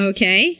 Okay